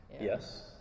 Yes